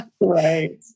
Right